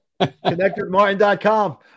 ConnectedMartin.com